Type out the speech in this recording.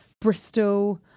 Bristol